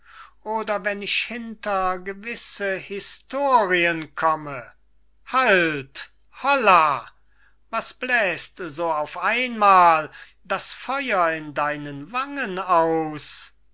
junge oder wenn ich hinter gewisse historien komme halt holla was bläst so auf einmal das feuer in deinen wangen aus